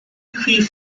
rhif